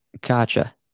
Gotcha